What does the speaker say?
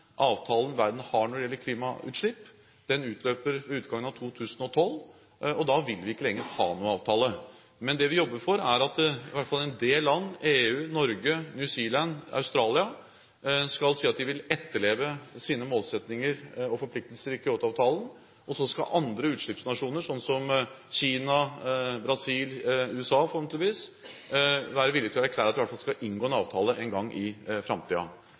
avtalen verden har når det gjelder klimautslipp. Den utløper ved utgangen av 2012, og da vil vi ikke lenger ha noen avtale. Men det vi jobber for, er at i hvert fall en del land, EU, Norge, New Zealand, Australia, skal si at de vil etterleve sine målsettinger og forpliktelser i Kyoto-avtalen, og så skal andre utslippsnasjoner, som Kina, Brasil, USA forhåpentligvis, være villige til å erklære at de i hvert fall skal inngå en avtale en gang i